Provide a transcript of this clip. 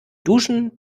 duschen